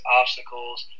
obstacles